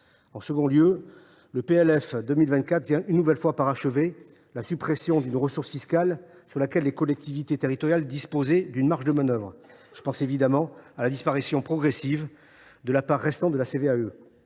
Par ailleurs, le PLF 2024 vient, une nouvelle fois, parachever la suppression d’une ressource fiscale sur laquelle les collectivités territoriales disposaient d’une marge de manœuvre. Je pense, évidemment, à la disparition progressive de la part restante de la